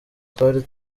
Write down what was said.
twari